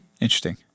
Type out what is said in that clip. Interesting